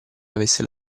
avesse